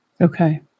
Okay